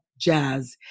jazz